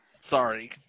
Sorry